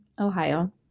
Ohio